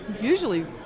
usually